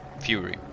fury